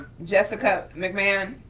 jessica mcmahon.